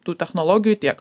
tų technologijų tiek